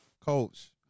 coach